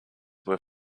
were